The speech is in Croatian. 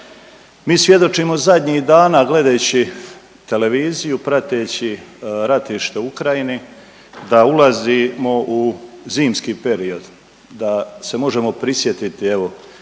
Mi svjedočimo zadnjih dana gledajući televiziju, prateći ratište u Ukrajini da ulazimo u zimski period, da se možemo prisjetiti evo